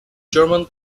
german